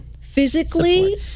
Physically